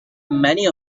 many